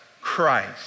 Christ